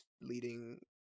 leading